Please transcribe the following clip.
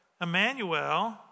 Emmanuel